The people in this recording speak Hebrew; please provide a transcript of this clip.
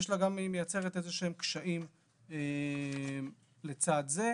היא גם מייצרת איזשהם קשיים לצד זה.